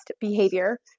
behavior